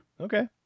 okay